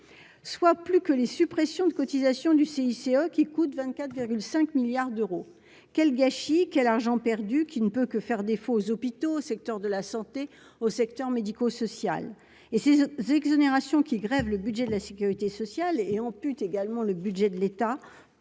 soit plus que les suppressions de cotisations du CICE qui coûte 24 5 milliards d'euros, quel gâchis, quel argent perdu, qui ne peut que faire défaut aux hôpitaux, secteur de la santé au secteur médico-social et ces exonérations qui grèvent le budget de la Sécurité sociale et ampute également le budget de l'État